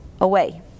away